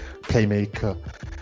playmaker